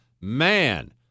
Man